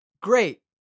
Great